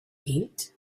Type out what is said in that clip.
eat